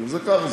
ככה זה.